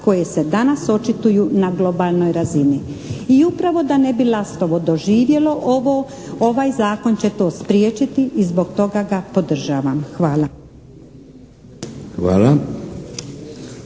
koje se danas očituju na globalnoj razini. I upravo da ne bi Lastovo doživjelo ovo, ovaj zakon će to spriječiti i zbog toga ga podržavam. Hvala.